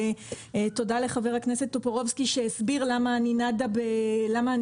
תודה לחבר הכנסת טופורובסקי שהסביר למה אני נדה בראשי.